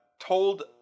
told